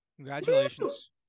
Congratulations